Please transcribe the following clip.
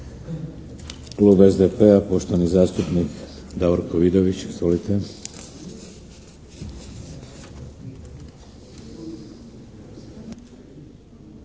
Klub SDP-a, poštovani zastupnik Davorko Vidović.